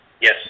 Yes